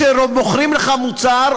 כשמוכרים לך מוצר,